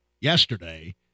yesterday